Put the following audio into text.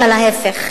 אלא להיפך,